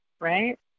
right